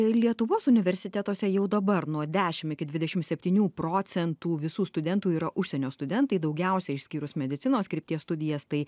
lietuvos universitetuose jau dabar nuo dešimt iki dvidešimt septynių procentų visų studentų yra užsienio studentai daugiausiai išskyrus medicinos krypties studijas tai